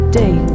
day